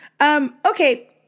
Okay